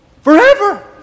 forever